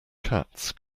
cats